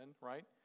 right